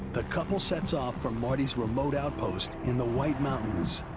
the couple sets off for marty's remote outpost in the white mountains.